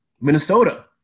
Minnesota